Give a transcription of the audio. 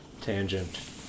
Tangent